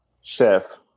chef